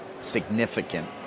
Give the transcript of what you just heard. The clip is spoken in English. significant